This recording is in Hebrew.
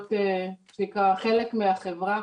ולהיות מה שנקרא חלק מהחברה.